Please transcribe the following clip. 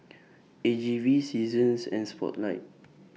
A G V Seasons and Spotlight